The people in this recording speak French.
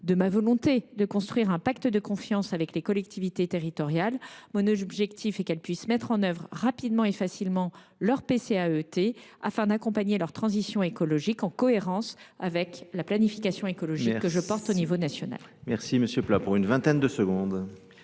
de ma volonté de construire un pacte de confiance avec les collectivités territoriales. Mon objectif est qu’elles puissent mettre en œuvre rapidement et facilement leur PCAET afin d’accompagner leur transition écologique, en cohérence avec la planification écologique que je défends au niveau national. La parole est à M.